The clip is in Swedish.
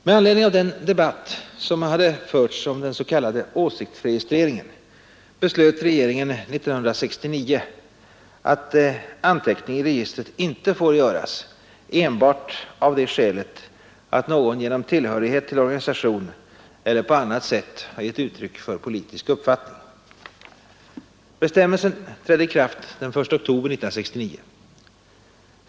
Med anledning av den debatt som hade förts om den s.k. åsiktsregistreringen beslöt regeringen år 1969 att anteckning i registret inte får göras enbart av det skälet att någon genom tillhörighet till organisation eller på annat sätt gett uttryck för politisk uppfattning. Bestämmelsen trädde i kraft den 1 oktober 1969.